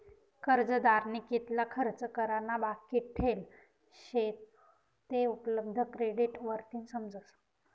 कर्जदारनी कितला खर्च करा ना बाकी ठेल शे ते उपलब्ध क्रेडिट वरतीन समजस